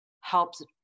helps